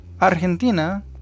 Argentina